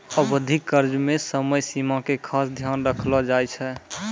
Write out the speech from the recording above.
अवधि कर्ज मे समय सीमा के खास ध्यान रखलो जाय छै